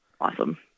awesome